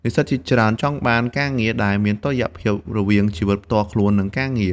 និស្សិតជាច្រើនចង់បានការងារដែលមានតុល្យភាពរវាងជីវិតផ្ទាល់ខ្លួន និងការងារ។